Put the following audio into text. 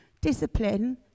Discipline